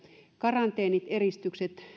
karanteenit eristykset